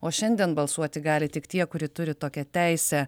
o šiandien balsuoti gali tik tie kurie turi tokią teisę